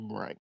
Right